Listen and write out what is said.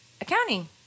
accounting